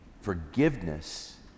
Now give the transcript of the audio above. forgiveness